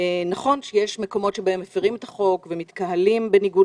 נכון שיש מקומות שבהם מפרים את החוק ומתקהלים בניגוד